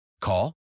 Call